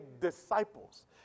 disciples